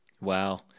Wow